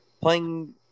playing